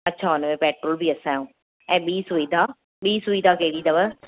अच्छा हुनमें पेट्रोल बि असांजो ऐं ॿी सुविधा बि सुविधा कहिड़ी अथव